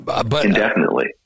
Indefinitely